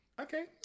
Okay